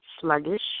sluggish